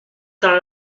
temps